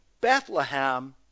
Bethlehem